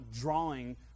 drawing